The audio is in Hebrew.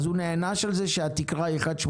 הוא נענש על זה שהתקרה היא 1.8?